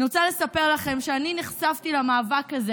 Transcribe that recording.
אני רוצה לספר לכם שאני נחשפתי למאבק הזה